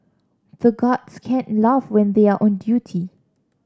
the guards can't laugh when they are on duty